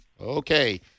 Okay